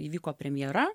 įvyko premjera